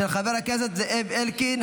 עברה ותגיע לוועדת החוץ והביטחון.